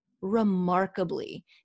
remarkably